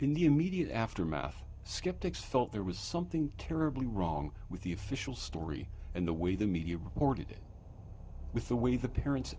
in the immediate aftermath skeptics thought there was something terribly wrong with the official story and the way the media reported it with the way the parents